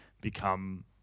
become